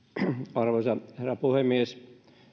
arvoisa herra puhemies